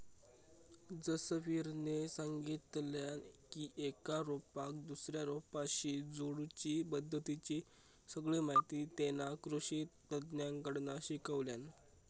जसवीरने सांगितल्यान की एका रोपाक दुसऱ्या रोपाशी जोडुची पद्धतीची सगळी माहिती तेना कृषि तज्ञांकडना शिकल्यान